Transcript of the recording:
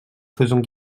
faisons